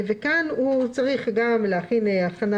כאן הוא צריך גם לעשות הכנה